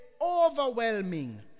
overwhelming